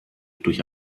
durch